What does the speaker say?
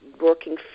working